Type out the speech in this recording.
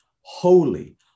holy